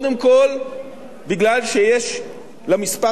שיש למספר הזה איזו חשיבות בין-לאומית,